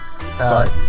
Sorry